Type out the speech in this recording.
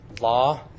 Law